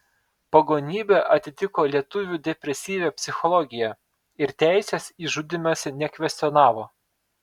pagonybė atitiko lietuvių depresyvią psichologiją ir teisės į žudymąsi nekvestionavo